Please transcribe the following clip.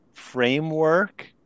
framework